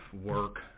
work